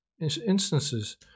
instances